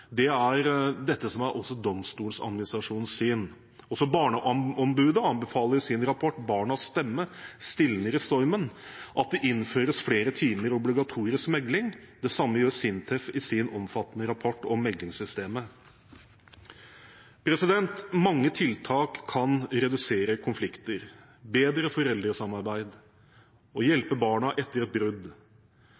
Det er også dette som er Domstoladministrasjonens syn. Også Barneombudet anbefaler i sin rapport, «Barnas stemme stilner i stormen», at det innføres flere timer obligatorisk megling, og det samme gjør SINTEF i sin omfattende rapport om meglingssystemet. Mange tiltak kan redusere konflikter: bedre foreldresamarbeid, å hjelpe barna etter et brudd.